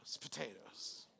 potatoes